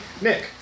Nick